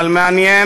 אבל מעניין,